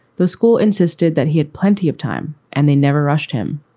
the school insisted that he had plenty of time and they never rushed him.